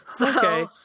Okay